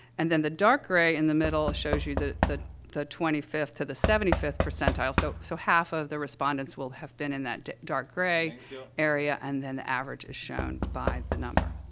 and then the dark gray, in the middle, shows you the the the twenty fifth to the seventy fifth percentile. so so, half of the respondents will have been in that dark gray area, and then the average is shown by the number.